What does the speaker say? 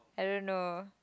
I don't know